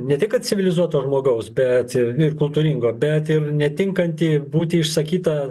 ne tai kad civilizuoto žmogaus bet ir kultūringo bet ir netinkanti būti išsakyta